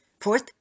Fourth